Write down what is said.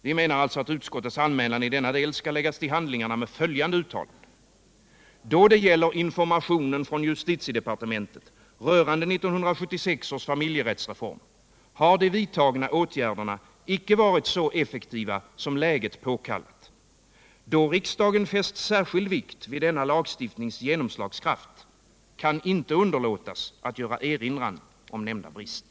Vi menar att utskottets anmälan i denna del skall läggas till handlingarna med följande uttalande: ”Då det gäller informationen från justitiedepartementet rörande 1976 års familjerättsreform, har de vidtagna åtgärderna icke varit så effektiva som läget påkallat. Då riksdagen fäst särskild vikt vid denna lagstiftnings genomslagskraft, kan inte underlåtas att göra erinran om nämnda brist.”